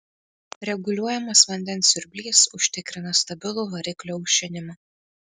reguliuojamas vandens siurblys užtikrina stabilų variklio aušinimą